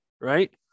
right